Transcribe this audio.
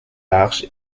larges